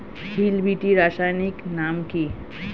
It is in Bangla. হিল বিটি রাসায়নিক নাম কি?